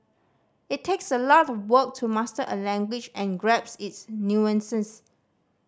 it takes a lot of work to master a language and grapes its nuances